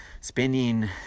spending